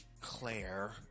Claire